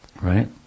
right